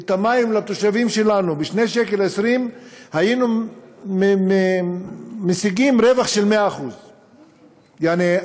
את המים לתושבים שלנו ב-2.20 שקל היינו משיגים רווח של 100%. יעני,